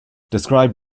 describe